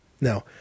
Now